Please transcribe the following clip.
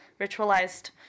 ritualized